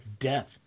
death